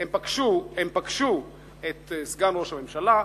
הם פגשו את סגן ראש הממשלה,